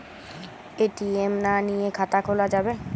ATM না নিয়ে খাতা খোলা যাবে?